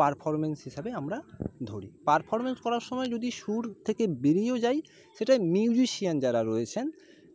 performance হিসাবে আমরা ধরি পারফর্ম্যান্স করার সময় যদি সুর থেকে বেরিয়েও যাই সেটা মিউজিশিয়ান যারা রয়েছেন